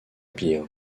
pires